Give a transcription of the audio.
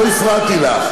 לא הפרעתי לך.